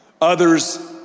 Others